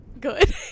good